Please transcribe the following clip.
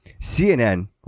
CNN